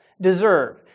deserve